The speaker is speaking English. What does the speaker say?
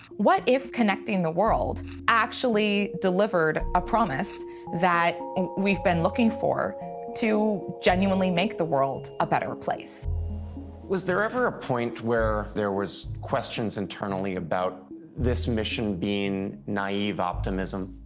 what if connecting the world actually delivered a promise that we've been looking for to genuinely make the world a better place? jacoby was there ever a point where there was questions internally about this mission being naive optimism?